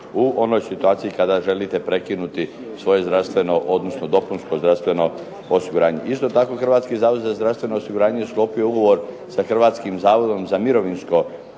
u onoj situaciji kada želite prekinuti svoje zdravstveno, odnosno dopunsko zdravstveno osiguranje. Isto tako Hrvatski zavod za zdravstveno osiguranje je sklopio ugovor sa Hrvatskim zavodom za mirovinsko